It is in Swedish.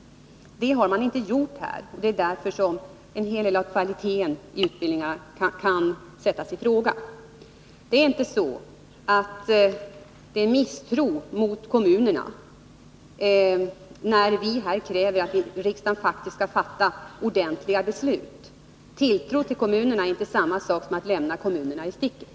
Det har inte riksdagsmajoriteten gjort, och det är därför som en hel del av kvaliteten i utbildningen kan sättas i fråga. Det är inte misstro mot kommunerna, när vi kräver att riksdagen faktiskt skall fatta ordentliga beslut. Att hysa tilltro till kommunerna är inte samma sak som att lämna kommunerna i sticket.